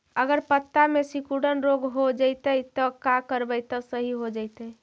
अगर पत्ता में सिकुड़न रोग हो जैतै त का करबै त सहि हो जैतै?